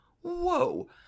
whoa